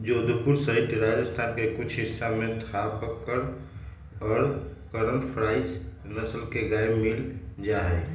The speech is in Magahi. जोधपुर सहित राजस्थान के कुछ हिस्सा में थापरकर और करन फ्राइ नस्ल के गाय मील जाहई